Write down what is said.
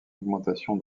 augmentation